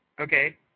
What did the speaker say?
Okay